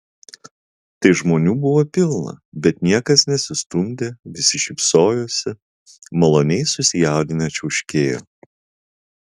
tai žmonių buvo pilna bet niekas nesistumdė visi šypsojosi maloniai susijaudinę čiauškėjo